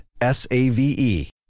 S-A-V-E